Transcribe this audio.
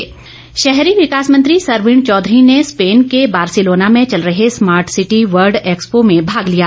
सरवीण चौधरी शहरी विकास मंत्री सरवीण चौधरी ने स्पेन के बार्सिलोना में चल रहे स्मार्ट सिटी वर्ल्ड एक्सपो में भाग लिया